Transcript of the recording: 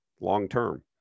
long-term